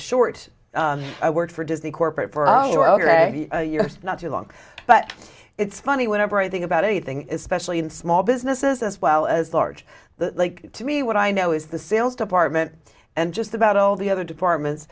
short i work for disney corporate for sure ok not too long but it's funny whenever i think about anything especially in small businesses as well as large the to me what i know is the sales department and just about all the other departments